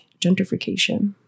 gentrification